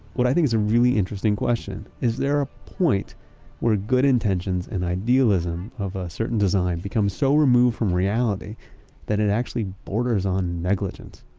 what i think is a really interesting question, is there a point where good intentions and idealism of a certain design become so removed from reality that it actually borders on negligence?